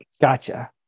gotcha